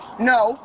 No